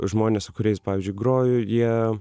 žmonės su kuriais pavyzdžiui groju jie